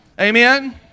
Amen